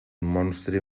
monstre